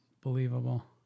believable